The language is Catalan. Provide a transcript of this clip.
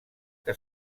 que